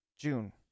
June